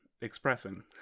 expressing